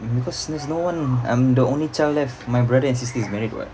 because there's no one I'm the only child left my brother and sister is married [what]